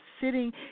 sitting